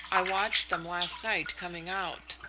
i watched them last night coming out.